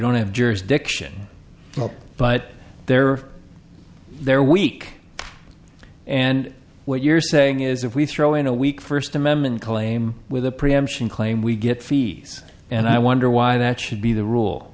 don't have jurisdiction but there are their weak and what you're saying is if we throw in a weak first amendment claim with a preemption claim we get fees and i wonder why that should be the rule